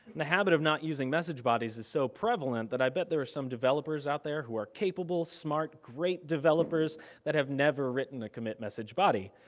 the habit of not using message bodies is so prevalent that i bet there is some developers out there who are capable, smart, great developers that have never written a commit message body.